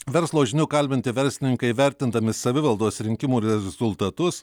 verslo žinių kalbinti verslininkai vertindami savivaldos rinkimų rezultatus